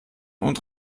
und